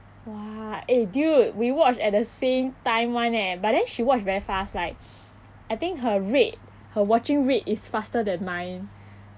!wah! eh dude we watched at the same time [one] eh but then she watch very fast like I think her rate her watching rate is faster than mine